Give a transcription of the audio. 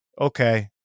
okay